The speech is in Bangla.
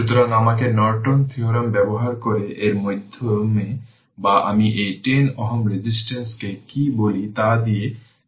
সুতরাং আমাকে নর্টন থিওরাম ব্যবহার করে এর মাধ্যমে বা আমি এই 10 Ω রেজিস্ট্যান্স কে কী বলি তা দিয়ে কারেন্ট বের করতে হবে